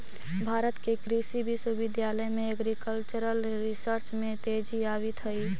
भारत के कृषि विश्वविद्यालय में एग्रीकल्चरल रिसर्च में तेजी आवित हइ